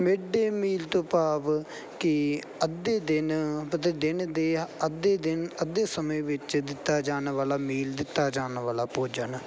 mid day meal ਤੋਂ ਭਾਵ ਕਿ ਅੱਧੇ ਦਿਨ ਅਤੇ ਦਿਨ ਦੇ ਅੱਧੇ ਦਿਨ ਅੱਧੇ ਸਮੇਂ ਵਿੱਚ ਦਿੱਤਾ ਜਾਣ ਵਾਲਾ ਮੀਲ ਦਿੱਤਾ ਜਾਣ ਵਾਲਾ ਭੋਜਨ